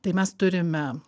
tai mes turime